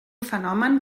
fenomen